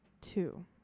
Two